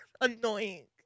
annoying